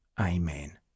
Amen